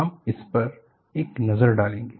हम इस पर एक नजर डालेंगे